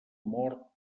mort